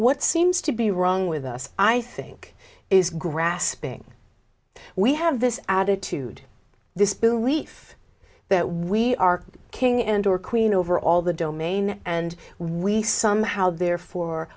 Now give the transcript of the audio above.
what seems to be wrong with us i think is grasping we have this attitude this belief that we are king and or queen over all the domain and we somehow therefore